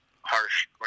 harsh